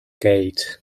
gate